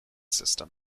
system